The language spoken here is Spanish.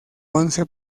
once